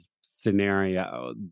scenario